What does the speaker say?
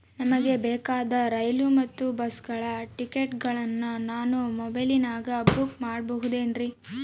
ನಮಗೆ ಬೇಕಾದ ರೈಲು ಮತ್ತ ಬಸ್ಸುಗಳ ಟಿಕೆಟುಗಳನ್ನ ನಾನು ಮೊಬೈಲಿನಾಗ ಬುಕ್ ಮಾಡಬಹುದೇನ್ರಿ?